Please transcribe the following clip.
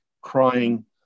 crying